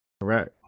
Correct